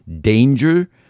danger